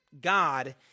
God